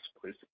please